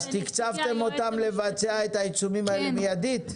אז תקצבתם אותם לבצע את העיצומים האלה מיידית?